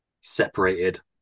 separated